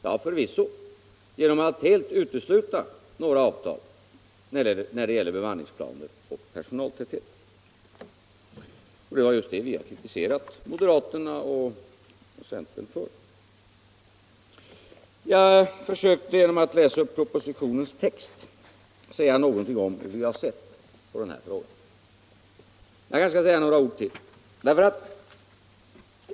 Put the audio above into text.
Ja, förvisso — genom att helt utesluta varje form av avtal när det gäller bemanningsplaner och personaltäthet. Det är just det som vi har kritiserat moderaterna och centern för. Jag försökte genom att läsa upp propositionens text säga något om hur vi sett på dessa frågor. Men jag kanske skall säga några ord till.